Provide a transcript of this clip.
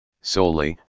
solely